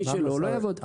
מי שלא - לא יעבוד.